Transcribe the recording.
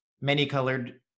many-colored